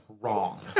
wrong